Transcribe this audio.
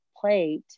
plate